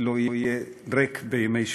שלא יהיה כאן ריק בימי שלישי.